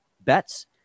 Bets